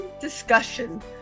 discussion